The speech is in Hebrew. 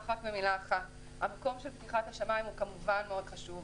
המקום של פתיחת השמיים כמובן חשוב,